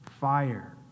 fire